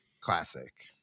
classic